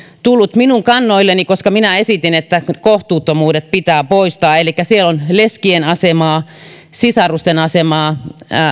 tullut minun kannoilleni koska minä esitin että kohtuuttomuudet pitää poistaa elikkä siellä on leskien asemaa sisarusten asemaa